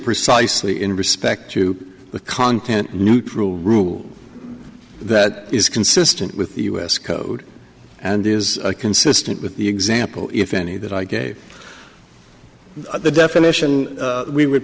precisely in respect to the content neutral rule that is consistent with the u s code and is consistent with the example if any that i gave the definition we would